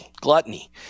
gluttony